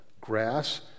grass